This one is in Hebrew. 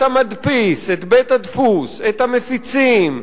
את המדפיס, את בית-הדפוס, את המפיצים.